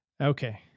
Okay